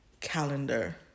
calendar